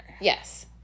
Yes